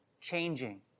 changing